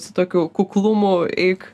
su tokiu kuklumu eik